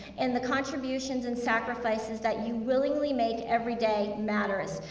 and the contributions and sacrifices that you willingly make every day matters,